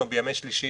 או בימי שלישי,